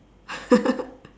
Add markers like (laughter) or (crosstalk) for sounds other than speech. (laughs)